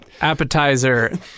Appetizer